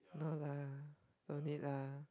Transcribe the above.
no lah don't need lah